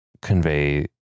convey